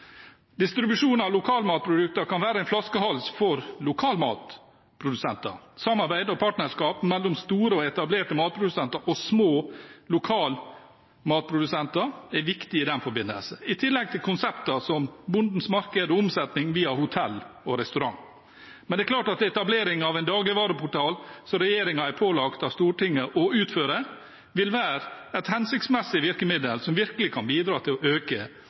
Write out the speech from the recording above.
Distribusjon av lokalmatprodukter kan være en flaskehals for lokalmatprodusenter. Samarbeid og partnerskap mellom store og etablerte matprodusenter og små lokalmatprodusenter er viktig i den forbindelse, i tillegg til konsepter som Bondens marked og omsetning via hotell og restaurant. Men det er klart at etablering av en dagligvareportal, som regjeringen er pålagt av Stortinget å opprette, vil være et hensiktsmessig virkemiddel som virkelig kan bidra til å